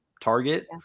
target